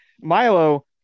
Milo